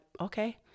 okay